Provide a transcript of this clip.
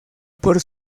por